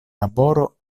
laboro